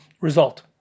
result